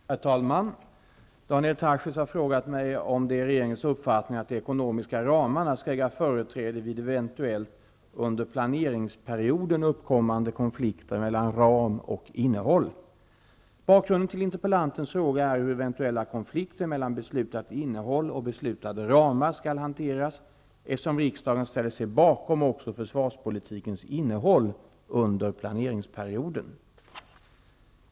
Herr talman! Daniel Tarschys har frågat mig om det är regeringens uppfattning att de ekonomiska ramarna skall äga företräde vid eventuellt under planeringsperioden uppkommande konflikter mellan ram och innehåll. Bakgrunden till interpellantens fråga är hur eventuella konflikter mellan beslutat innehåll och beslutade ramar skall hanteras, eftersom riksdagen ställer sig bakom också försvarspolitikens innehåll under planeringsperioden.